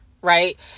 right